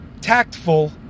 tactful